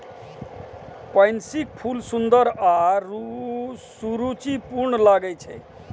पैंसीक फूल सुंदर आ सुरुचिपूर्ण लागै छै